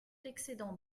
l’excédent